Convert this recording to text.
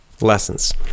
lessons